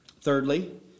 Thirdly